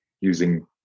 using